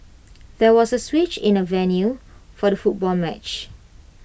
there was A switch in the venue for the football match